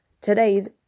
today's